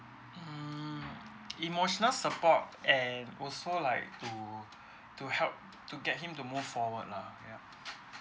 mm emotional support and also like to to help to get him to move forward lah yup